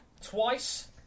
twice